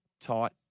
tight